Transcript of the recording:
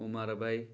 عمر بَایہِ